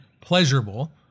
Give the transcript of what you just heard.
pleasurable